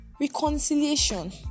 Reconciliation